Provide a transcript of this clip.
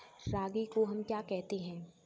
रागी को हम क्या कहते हैं?